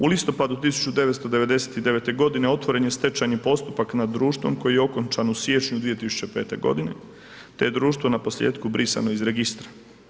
U listopadu 1999. g. otvoren je stečajni postupak nad društvom koji je okončan u siječnju 2005. g. te je društvo naposljetku brisano iz registra.